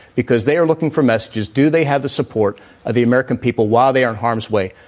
because they are looking for messages. do they have the support of the american people while they are harm's way?